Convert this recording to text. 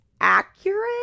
accurate